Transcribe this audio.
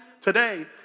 today